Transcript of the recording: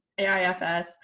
AIFS